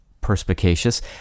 perspicacious